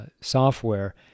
software